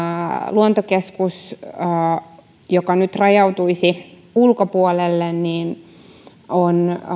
luontokeskus joka nyt rajautuisi ulkopuolelle on